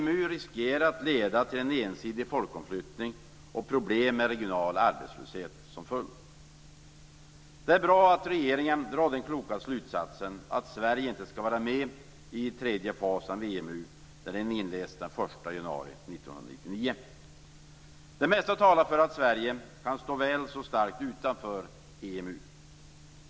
EMU riskerar att leda till en ensidig folkomflyttning och problem med regional arbetslöshet som följd. Det är bra att regeringen drar den kloka slutsatsen att Sverige inte skall vara med i den tredje fasen av EMU när den inleds den 1 januari 1999. Det mesta talar för att Sverige kan stå väl så starkt utanför EMU.